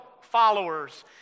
followers